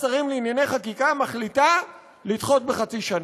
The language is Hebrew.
השרים לענייני חקיקה מחליטה לדחות בחצי שנה.